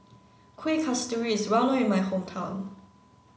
Kueh Kasturi is well known in my hometown